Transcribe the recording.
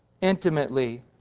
intimately